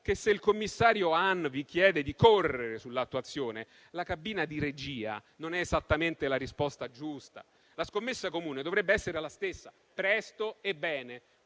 che, se il commissario Hahn vi chiede di correre sull'attuazione, la cabina di regia non è esattamente la risposta giusta? La scommessa comune dovrebbe essere la stessa: presto e bene,